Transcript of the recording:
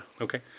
Okay